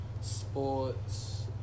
sports